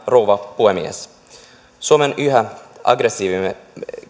rouva puhemies suomen yhä aggressiivisemmaksi